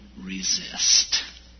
resist